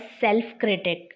self-critic